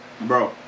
Bro